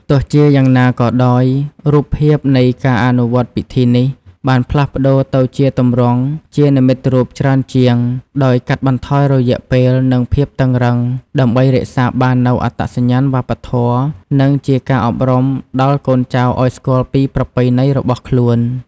ទោះជាយ៉ាងណាក៏ដោយ រូបភាពនៃការអនុវត្តពិធីនេះបានផ្លាស់ប្តូរទៅជាទម្រង់ជានិមិត្តរូបច្រើនជាង ដោយកាត់បន្ថយរយៈពេល និងភាពតឹងរ៉ឹង ដើម្បីរក្សាបាននូវអត្តសញ្ញាណវប្បធម៌ និងជាការអប់រំដល់កូនចៅឱ្យស្គាល់ពីប្រពៃណីរបស់ខ្លួន។